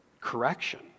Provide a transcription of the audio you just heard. correction